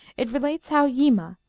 it relates how yima,